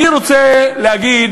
אני רוצה להגיד